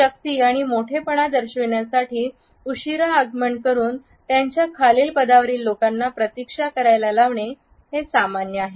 शक्ती आणि मोठेपण दर्शविण्यासाठी उशिरा आगमन करून त्यांच्या खालील पदावरील लोकांना प्रतीक्षा करायला लावणे हे सामान्य आहे